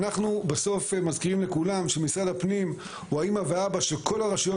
אנחנו בסוף מזכירים לכולם שמשרד הפנים הוא האימא והאבא של כל הרשויות